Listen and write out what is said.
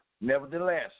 nevertheless